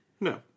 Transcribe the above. No